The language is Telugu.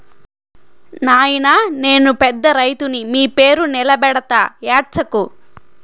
నాయినా నేను పెద్ద రైతుని మీ పేరు నిలబెడతా ఏడ్సకు